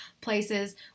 places